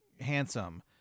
handsome